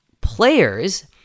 Players